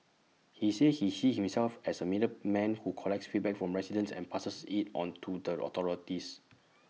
he said he sees himself as A middleman who collects feedback from residents and passes IT on to the authorities